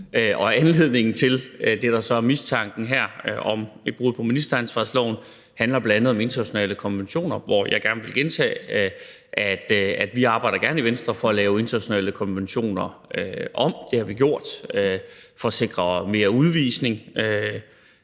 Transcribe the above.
og anledningen til det, der så er mistanken her, nemlig et brud på ministeransvarlighedsloven – bl.a. handler om internationale konventioner, hvor jeg gerne vil gentage, at vi i Venstre gerne arbejder for at lave internationale konventioner om. Det har vi gjort for at sikre mere udvisning.